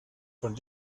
von